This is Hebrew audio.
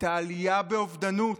את העלייה באובדנות,